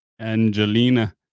Angelina